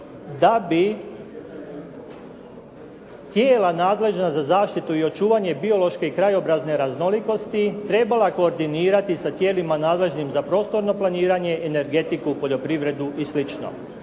da bi tijela nadležna za zaštitu i očuvanje biološke i krajobrazne raznolikosti trebala koordinirati sa tijelima nadležnim za prostorno planiranje, energetiku, poljoprivredu i